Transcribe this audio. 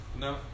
No